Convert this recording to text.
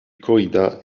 corridas